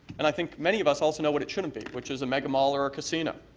and i think many of us also know what it shouldn't be which is a mega mall or or casino.